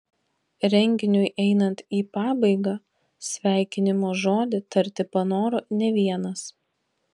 renginiui einant į pabaigą sveikinimo žodį tarti panoro ne vienas